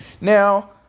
Now